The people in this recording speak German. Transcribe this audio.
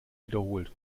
wiederholt